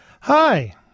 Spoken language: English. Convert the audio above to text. Hi